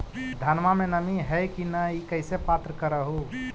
धनमा मे नमी है की न ई कैसे पात्र कर हू?